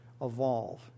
evolve